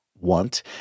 Want